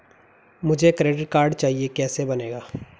मुझे credit card चाहिए कैसे बनेगा?